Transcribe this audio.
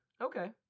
Okay